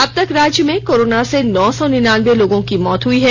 अब तक राज्य में कोरोना से नौ सौ निन्यानबे लोगों की मौत हुई हैं